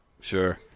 Sure